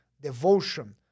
devotion